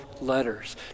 letters